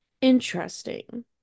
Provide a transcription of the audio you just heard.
Interesting